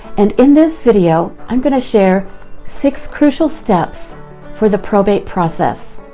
and in this video, i'm going to share six crucial steps for the probate process.